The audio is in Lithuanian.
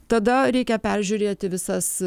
tada reikia peržiūrėti visas